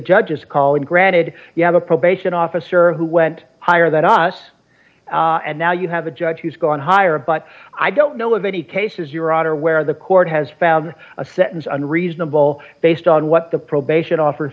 judge's call and granted you have a probation officer who went higher than us and now you have a judge who's gone higher but i don't know of any cases your honor where the court has found a sentence unreasonable based on what the probation officer